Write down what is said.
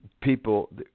people